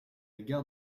gare